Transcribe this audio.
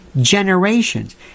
generations